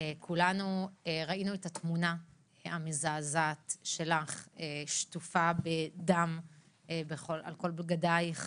כולנו ראינו את התמונה המזעזעת שלך שטופה בדם על כל בגדייך,